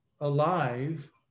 alive